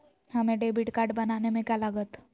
हमें debit card बनाने में का लागत?